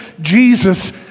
Jesus